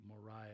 Moriah